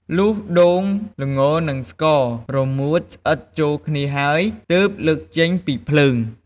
លុះដូង ល្ងនិងស្ករ រមួតស្អិតចូលគ្នាហើយ ទើបលើកចេញពីភ្លើង។